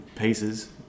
pieces